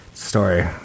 story